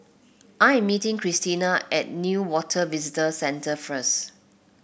I am meeting Christena at Newater Visitor Centre first